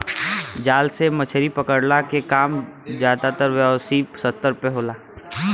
जाल से मछरी पकड़ला के काम जादातर व्यावसायिक स्तर पे होला